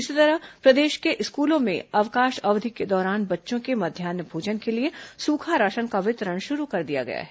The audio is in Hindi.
इसी तरह प्रदेश के स्कूलों में अवकाश अवधि के दौरान बच्चों के मध्यान्ह भोजन के लिए सूखा राशन का वितरण शुरू कर दिया गया है